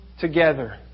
together